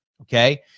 okay